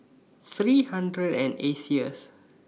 three hundred and eightieth